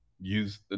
use